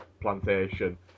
plantation